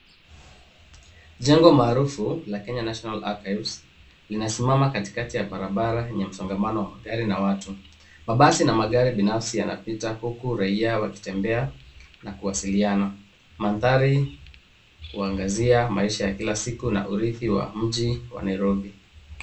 Jengo maarufu la Kenya National Achirves linasimama katikati ya barabara yenye msongamano wa magari na watu .Mabasi na magari binafsi yanapita huku rajaa wakitembea na kuwasiliana. Mandhari huangazia maisha ya kila siku na uridhi wa mji Nairobi.